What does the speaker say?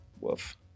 Woof